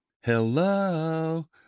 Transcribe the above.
Hello